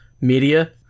media